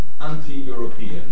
anti-European